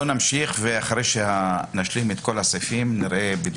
בואו נמשיך ואחרי שנשלים את כל הסעיפים נראה.